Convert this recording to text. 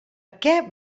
què